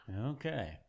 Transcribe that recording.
Okay